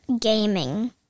Gaming